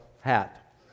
hat